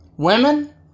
Women